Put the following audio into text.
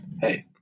Hey